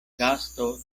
gasto